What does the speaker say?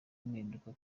impinduka